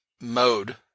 mode